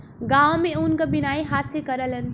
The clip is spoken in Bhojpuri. गांव में ऊन क बिनाई हाथे से करलन